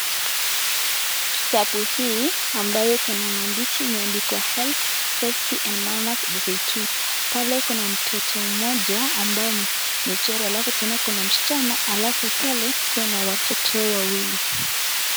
Kitabu hii ambayo iko na maandishi imeadikwa health safety and manners grade two, pale kuna mtoto mmoja ambaye amechorwa alafu kuna msichana, alafu pale kuna watoto wawili .